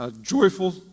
joyful